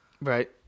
Right